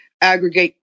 aggregate